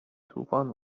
طوفان